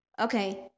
okay